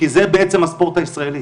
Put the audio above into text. כי זה בעצם הספורט הישראלי.